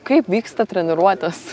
kaip vyksta treniruotės